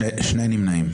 נמנעים.